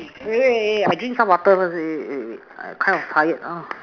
wait wait eh I drink some water first wait wait wait wait I am kind of tired now